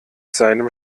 seinem